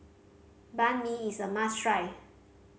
Banh Mi is a must try